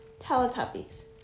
Teletubbies